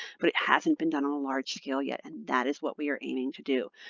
but it hasn't been done on a large scale yet. and that is what we are aiming to do.